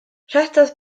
rhedodd